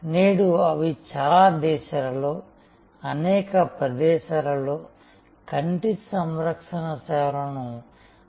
నేడు అవి చాలా దేశాలలో అనేక ప్రదేశాలలో కంటి సంరక్షణ సేవలను దాదాపుగా కలిగి ఉన్నాయి